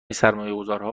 سرمایهگذارها